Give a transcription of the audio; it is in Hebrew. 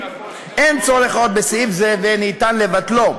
אין צורך עוד בסעיף זה וניתן לבטלו.